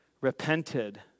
repented